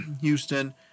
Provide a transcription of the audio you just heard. Houston